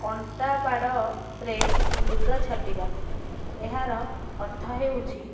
କଣ୍ଟାବାଡ଼ରେ ଲୁଗା ଛାଟିବା ଏହାର ଅର୍ଥ ହେଉଛି